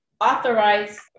authorized